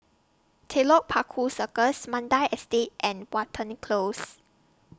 Telok Paku Circus Mandai Estate and Watten Lee Close